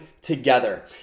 together